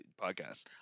podcasts